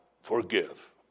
forgive